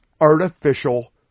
artificial